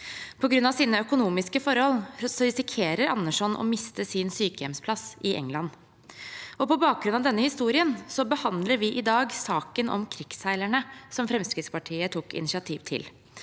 På grunn av sine økonomiske forhold risikerer Anderson å miste sin sykehjemsplass i England. På bakgrunn av denne historien behandler vi i dag saken om krigsseilerne som Fremskrittspartiet tok initiativ til.